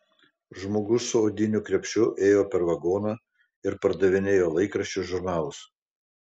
žmogus su odiniu krepšiu ėjo per vagoną ir pardavinėjo laikraščius žurnalus